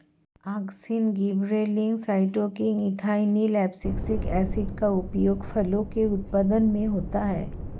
auxin, gibberellins, cytokinin, ethylene, abscisic acid का उपयोग फलों के उत्पादन में होता है